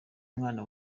mwana